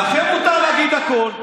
אז לכם מותר להגיד הכול,